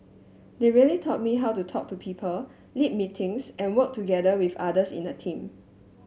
they really taught me how to talk to people lead meetings and work together with others in a team